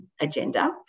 agenda